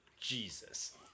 Jesus